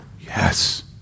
Yes